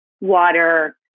water